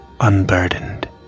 unburdened